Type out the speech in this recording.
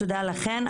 תודה לכן,